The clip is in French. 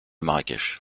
marrakech